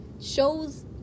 shows